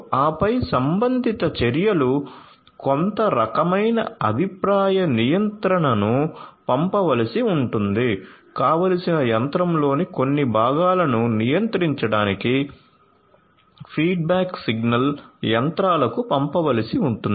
ఆపై సంబంధిత చర్యలు కొంత రకమైన అభిప్రాయ నియంత్రణను పంపవలసి ఉంటుంది కావలసిన యంత్రంలోని కొన్ని భాగాలను నియంత్రించడానికి ఫీడ్బ్యాక్ సిగ్నల్ యంత్రాలకు పంపవలసి ఉంటుంది